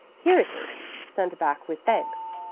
here it is. sent back with thanks.